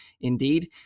indeed